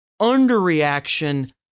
underreaction